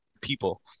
people